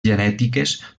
genètiques